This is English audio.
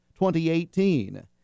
2018